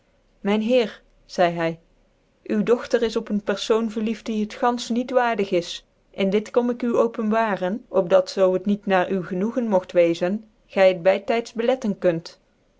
myn heer zeidc hy u dogtcr is op ccn pcrfoon verlicft die het gantfeh niet waardig is en dit kom ik u openbaren op dat zoo het niet na u genoegen mogt weczen gy het by tyds bolcttcn kunt